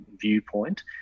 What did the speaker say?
viewpoint